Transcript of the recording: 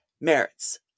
merits